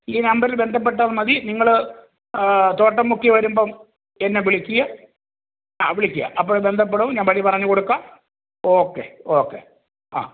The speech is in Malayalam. ഈ നമ്പറിൽ ബന്ധപ്പെട്ടാൽ മതി നിങ്ങൾ തോട്ടംമുക്കിൽ വരുമ്പം എന്നെ വിളിക്കുക ആ വിളിക്കുക അപ്പഴ് ബന്ധപ്പെടും ഞാൻ വഴി പറഞ്ഞു കൊടുക്കാം ഓക്കേ ഓക്കേ ആ